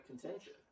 contention